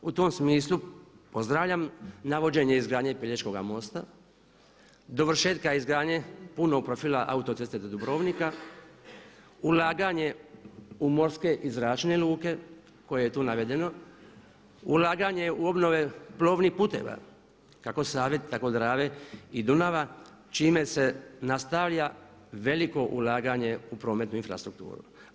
U tom smislu pozdravljam navođenje izgradnje Pelješkoga mosta, dovršetka izgradnje punog profila autoceste do Dubrovnika, ulaganje u morske i zračne luke koje je tu navedeno, ulaganje u obnove plovnih puteva kako Save, tako Drave i Dunava čime se nastavlja veliko ulaganje u prometnu infrastrukturu.